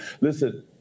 Listen